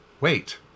wait